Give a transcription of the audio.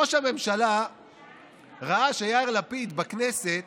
ראש הממשלה ראה שיאיר לפיד מקדם בכנסת